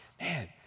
man